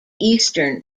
eastern